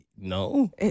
No